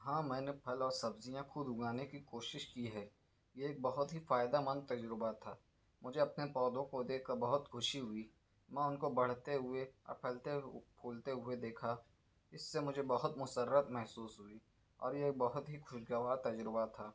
ہاں میں نے پھل اور سبزیاں خود اگانے کی کوشش کی ہے یہ ایک بہت ہی فائدہ مند تجربہ تھا مجھے اپنے پودوں کو دیکھ کر بہت خوشی ہوئی میں ان کو بڑھتے ہوئے پھلتے پھولتے ہوئے دیکھا اس سے مجھے بہت مسرت محسوس ہوئی اور یہ بہت ہی خوشگوار تجربہ تھا